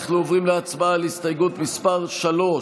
אנחנו עוברים להסתייגות מס' 3,